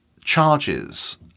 charges